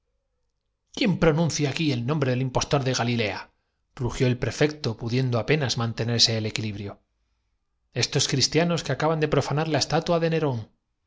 quién pronuncia aquí el nombre del impostor de del anfiteatro para servir de pasto á las fieras y de di galilea rugió el prefecto pudiendo apenas mante versión á la más soez de las plebes nerse en equilibrio estos cristianos que acaban de profanar la estatua de nerón